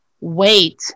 wait